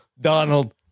Donald